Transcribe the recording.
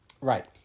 right